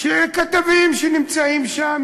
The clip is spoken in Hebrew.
וכתבים שנמצאים שם,